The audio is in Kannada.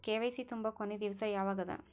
ಕೆ.ವೈ.ಸಿ ತುಂಬೊ ಕೊನಿ ದಿವಸ ಯಾವಗದ?